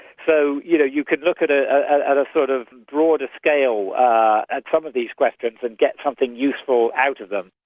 so you know, you could look at ah at a sort of broader scale ah at some of these questions, and get something useful out of them.